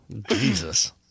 Jesus